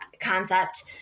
concept